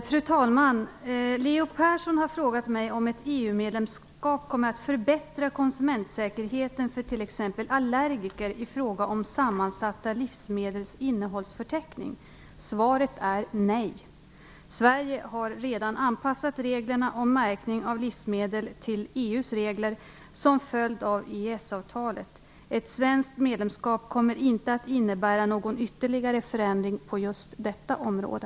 Fru talman! Leo Persson har frågat mig om ett EU-medlemskap kommer att förbättra konsumentsäkerheten för t.ex. allergiker i fråga om sammansatta livsmedels innehållsförteckning. Svaret är nej. Sverige har redan anpassat reglerna om märkning av livsmedel till EU:s regler som följd av EES-avtalet. Ett svenskt medlemskap kommer inte att innebära någon ytterligare förändring på just detta område.